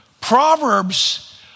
Proverbs